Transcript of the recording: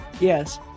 Yes